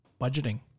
budgeting